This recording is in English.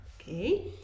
Okay